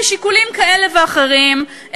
משיקולים כאלה ואחרים,